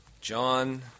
John